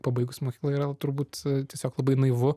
pabaigus mokyklą yra turbūt tiesiog labai naivu